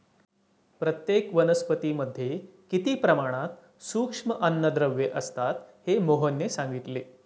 प्रत्येक वनस्पतीमध्ये किती प्रमाणात सूक्ष्म अन्नद्रव्ये असतात हे मोहनने सांगितले